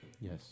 Yes